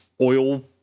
oil